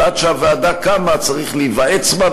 ועד שהוועדה קמה צריך להיוועץ בה,